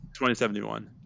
2071